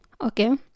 okay